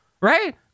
right